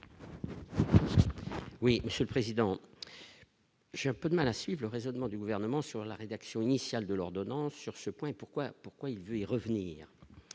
Oui, Monsieur le Président, j'ai un peu de mal à suivent le raisonnement du gouvernement sur la rédaction initiale de l'ordonnance sur ce point, pourquoi, pourquoi il veut y revenir